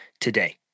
today